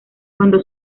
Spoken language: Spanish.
cuando